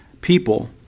people